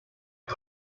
you